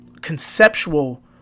conceptual